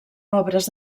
obres